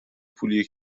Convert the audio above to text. پولیه